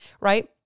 right